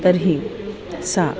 तर्हि सा